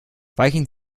weichen